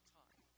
time